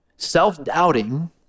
Self-doubting